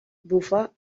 bufar